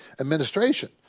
administration